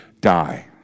die